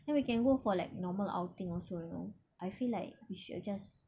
then we can go for like normal outing also you know I feel like we should just